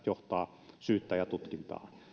johtaa tutkintaa